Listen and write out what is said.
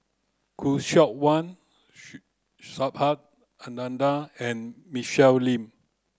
Khoo Seok Wan Subhas Anandan and Michelle Lim